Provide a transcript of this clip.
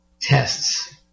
tests